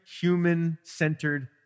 human-centered